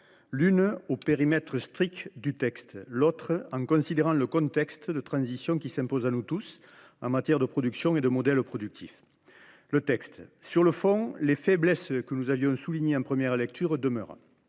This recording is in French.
tiendra au périmètre strict du texte, la seconde prendra en considération le contexte de transition qui s’impose à nous tous en matière de production et de modèle productif. Concernant le texte, sur le fond, les faiblesses que nous avions soulignées en première lecture demeurent.